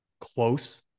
close